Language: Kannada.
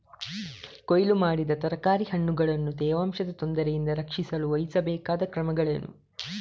ಕೊಯ್ಲು ಮಾಡಿದ ತರಕಾರಿ ಹಣ್ಣುಗಳನ್ನು ತೇವಾಂಶದ ತೊಂದರೆಯಿಂದ ರಕ್ಷಿಸಲು ವಹಿಸಬೇಕಾದ ಕ್ರಮಗಳೇನು?